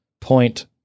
point